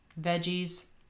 veggies